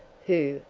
who,